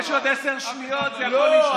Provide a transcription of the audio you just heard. יש לו עוד עשר שניות, זה יכול להשתנות.